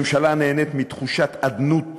ממשלה הנהנית מתחושת אדנות